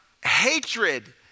hatred